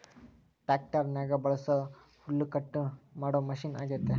ಟ್ಯಾಕ್ಟರ್ನಗ ಬಳಸೊ ಹುಲ್ಲುಕಟ್ಟು ಮಾಡೊ ಮಷಿನ ಅಗ್ಯತೆ